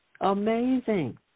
Amazing